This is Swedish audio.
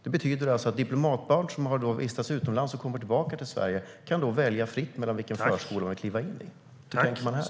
Det betyder alltså att diplomatbarn som har vistats utomlands och kommer tillbaka till Sverige kan välja fritt vilken friskola de vill kliva in i. Hur tänker man här?